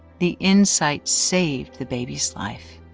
the insight saved the baby's life.